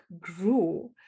grew